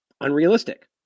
unrealistic